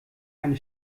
eine